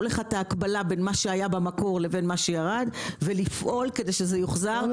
לך את ההקבלה בין מה שהיה במקור לבין מה שירד ולפעול כדי שזה יוחזר כי